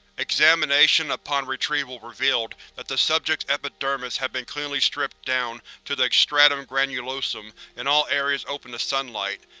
examination upon retrieval revealed that the subject's epidermis had been cleanly stripped down to the stratum granulosum in all areas open to sunlight,